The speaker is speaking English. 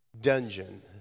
dungeon